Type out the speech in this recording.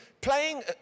playing